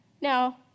Now